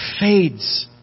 fades